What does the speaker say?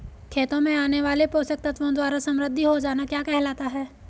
खेतों से आने वाले पोषक तत्वों द्वारा समृद्धि हो जाना क्या कहलाता है?